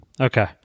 Okay